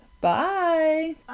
bye